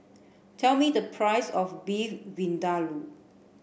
tell me the price of Beef Vindaloo